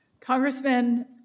Congressman